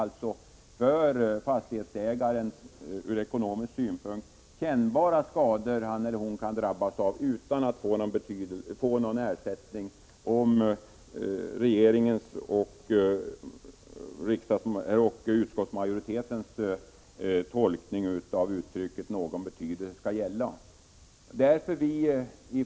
Det är ur fastighetsägarens synpunkt kännbara ekonomiska skador han eller hon kan drabbas av utan att få någon ersättning, om regeringens och utskottsmajoritetens tolkning av uttrycket ”av någon betydelse” skall gälla.